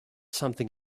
something